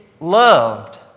loved